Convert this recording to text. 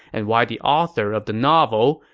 and why the author of the novel,